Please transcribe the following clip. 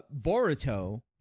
Boruto